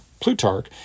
Plutarch